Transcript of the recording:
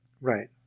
Right